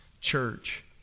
church